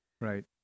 Right